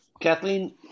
Kathleen